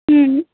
হম